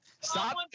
Stop